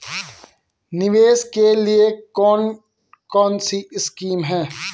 निवेश के लिए कौन कौनसी स्कीम हैं?